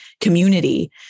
community